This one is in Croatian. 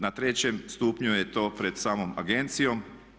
Na trećem stupnju je to pred samom agencijom.